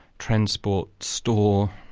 transport, store,